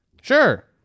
Sure